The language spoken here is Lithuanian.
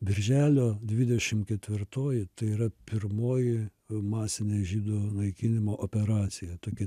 birželio dvidešimt ketvirtoji tai yra pirmoji masinė žydų naikinimo operacija tokia